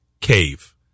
Cave